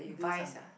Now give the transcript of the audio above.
vice ah